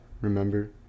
remember